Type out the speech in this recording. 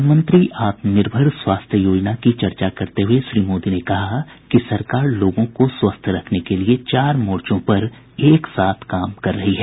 प्रधानमंत्री आत्मनिर्भर स्वास्थ्य योजना की चर्चा करते हुए श्री मोदी ने कहा कि सरकार लोगों को स्वस्थ रखने के लिए चार मोर्चों पर एक साथ काम कर रही है